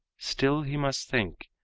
still he must think,